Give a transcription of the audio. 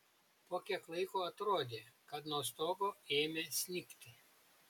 po kiek laiko atrodė kad nuo stogo ėmė snigti